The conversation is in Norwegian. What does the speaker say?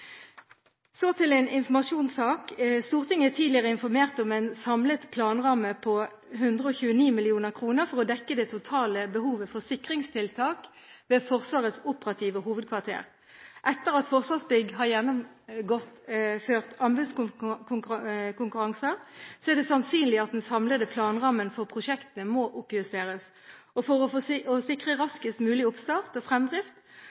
Så til en informasjonssak: Stortinget er tidligere informert om en samlet planramme på 129 mill. kr for å dekke det totale behovet for sikringstiltak ved Forsvarets operative hovedkvarter. Etter at Forsvarsbygg har gjennomført anbudskonkurranser, er det sannsynlig at den samlede planrammen for prosjektet må oppjusteres. For å sikre raskest mulig oppstart og fremdrift